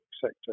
sector